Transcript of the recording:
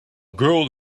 girl